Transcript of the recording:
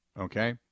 okay